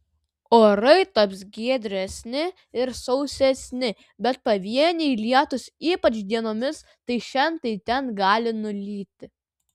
orai taps giedresni ir sausesni bet pavieniai lietūs ypač dienomis tai šen tai ten gali nulyti